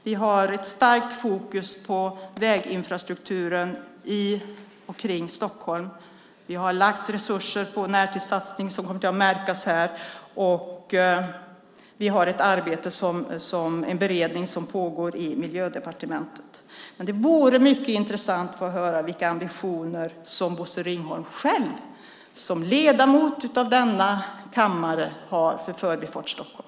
Vi har starkt fokus på väginfrastrukturen i och kring Stockholm. Vi har lagt resurser på närtidssatsning som kommer att märkas. Vi har en beredning som pågår i Miljödepartementet. Det vore dock intressant att höra vilka ambitioner Bosse Ringholm som ledamot av denna kammare har för Förbifart Stockholm.